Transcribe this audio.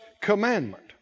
commandment